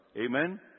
Amen